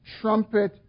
trumpet